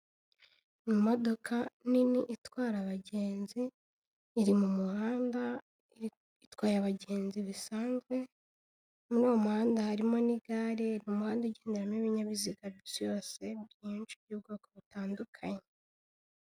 Imodoka nini itwara abagenzi, iri mu muhanda, itwaye abagenzi bisanzwe, muri uwo muhanda harimo n'igare, umuhanda ugenderamo ibinyabiziga by'Isi yose byinshi by'ubwoko butandukanye.